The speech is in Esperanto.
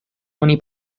oni